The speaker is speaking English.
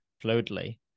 fluidly